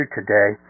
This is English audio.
today